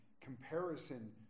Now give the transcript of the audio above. comparison